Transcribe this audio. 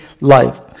life